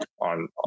on